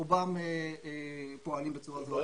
רובם פועלים בצורה זאת.